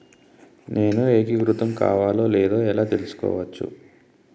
నేను ఏకీకృతం కావాలో లేదో ఎలా తెలుసుకోవచ్చు?